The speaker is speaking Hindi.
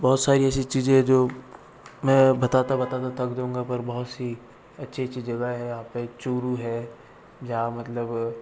बहुत सारी ऐसी चीज़ें हैं जो मैं बताता बताता थक जाऊंगा पर बहुत सी अच्छी अच्छी जगह है यहाँ पर चुरु है जहां मतलब